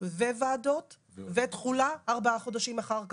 וועדות ותחולה ארבעה חודשים אחר כך,